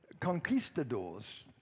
Conquistadors